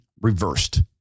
reversed